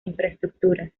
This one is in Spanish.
infraestructuras